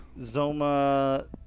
Zoma